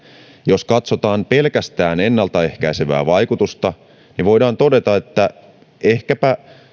jos katsotaan pelkästään ennaltaehkäisevää vaikutusta niin voidaan todeta että ehkäpä